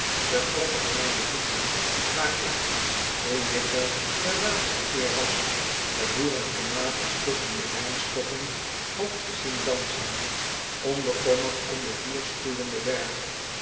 de grond aan mijne voeten waar ik toen ik er den laatsten keer was de boeren van napels tusschen de wijnstokken had zien dansen onbekommerd om den vuurspu wenden berg